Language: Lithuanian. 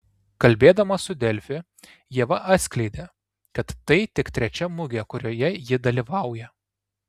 kalbėdama su delfi ieva atskleidė kad tai tik trečia mugė kurioje ji dalyvauja